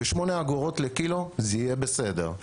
ו-8 אגורות לקילו זה יהיה בסדר.